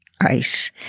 ice